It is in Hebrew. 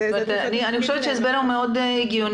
אני חושבת שההסבר מאוד הגיוני.